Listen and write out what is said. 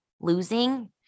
losing